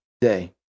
day